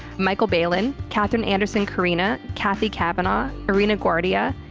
michael baylin, catherine anderson carina, kathy kavanagh, irina guardia,